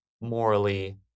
morally